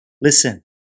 listen